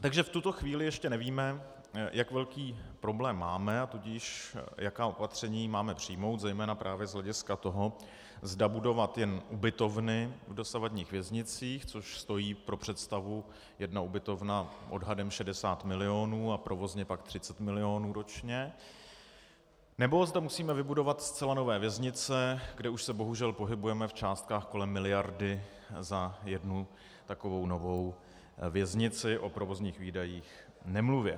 Takže v tuto chvíli ještě nevíme, jak velký problém máme, a tudíž jaká opatření máme přijmout zejména právě z hlediska toho, zda budovat jen ubytovny v dosavadních věznicích, což stojí pro představu jedna ubytovna odhadem 60 mil. korun a provozně pak 30 mil. korun ročně, nebo zda musíme vybudovat zcela nové věznice, kde už se bohužel pohybujeme v částkách kolem miliardy za jednu takovou novou věznici, o provozních výdajích nemluvě.